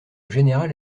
général